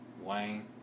Wayne